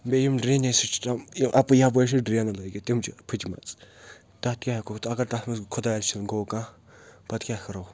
بیٚیہِ یِم drainage system یِم اَپٲر یپٲرۍ چھِ ڈرٛینہٕ لٲگِتھ تِم چھِ پھٕچمَژ تَتھ کیٛاہ ہٮ۪کو اگر تَتھ منٛز خۄداے سُنٛد گوٚو کانٛہہ پَتہٕ کیٛاہ کَرو